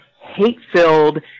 hate-filled